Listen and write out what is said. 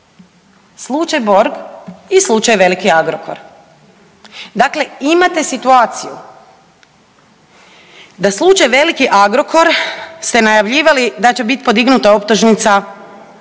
slučaj Borg i slučaj veliki Agrokor. Dakle, imate situaciju da slučaj veliki Agrokor ste najavljivali da će biti podignuta optužnica negdje